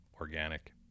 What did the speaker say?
organic